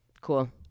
Cool